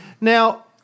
Now